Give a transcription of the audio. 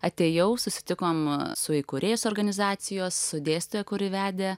atėjau susitikom su įkūrėjais organizacijos dėstytoja kuri vedė